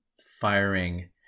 firing